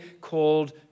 called